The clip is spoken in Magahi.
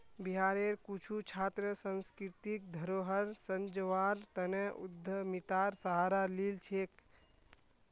बिहारेर कुछु छात्र सांस्कृतिक धरोहर संजव्वार तने उद्यमितार सहारा लिल छेक